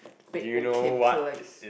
a bit okay place